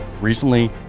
recently